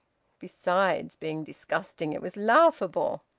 besides being disgusting, it was laughable.